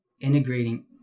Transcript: integrating